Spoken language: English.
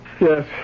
Yes